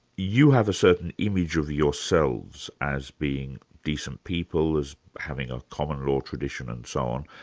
you have a certain image of yourselves as being decent people, as having a common law tradition, and so on.